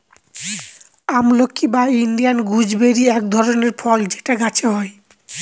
আমলকি বা Indian gooseberry এক ধরনের ফল যেটা গাছে হয়